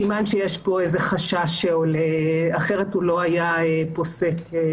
סימן שהחשש האמור קיים.